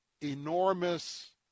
enormous